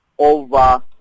over